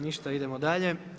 Ništa idemo dalje.